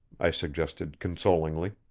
i suggested consolingly.